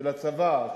של הצבא,